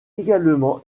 également